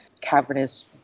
cavernous